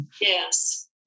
Yes